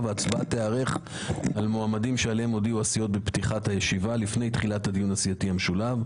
זה יו"ר בפועל מהסגנים הזמניים.